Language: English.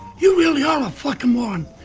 you really are a fucking moron.